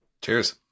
Cheers